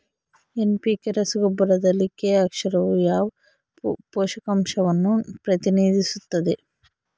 NPK ರಸಗೊಬ್ಬರದಲ್ಲಿ K ಅಕ್ಷರವು ಯಾವ ಪೋಷಕಾಂಶವನ್ನು ಪ್ರತಿನಿಧಿಸುತ್ತದೆ?